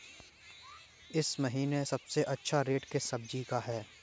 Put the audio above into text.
इस महीने सबसे अच्छा रेट किस सब्जी का है?